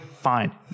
fine